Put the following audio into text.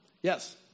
Yes